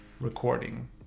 recording